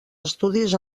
estudis